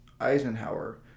Eisenhower